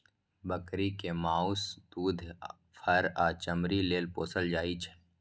बकरी कें माउस, दूध, फर आ चमड़ी लेल पोसल जाइ छै